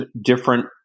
different